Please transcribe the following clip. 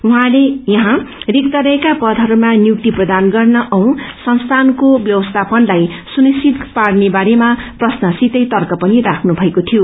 उहाँले यहाँ रिक्त रहेका पदहरूमा नियुक्ति प्रदान गर्न औ संस्थानको व्यवस्थापनलाई सुनिश्चित गर्ने बारेमा प्रश्नसितै तर्क पनि राख्नु भएको शियो